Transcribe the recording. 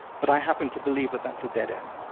but i happen to believe that that's a dead end.